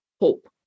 hope